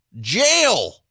Jail